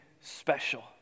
special